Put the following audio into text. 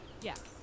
Yes